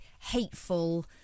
hateful